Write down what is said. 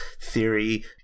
theory